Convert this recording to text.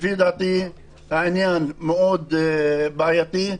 העניין מאוד בעייתי,